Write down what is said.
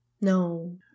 No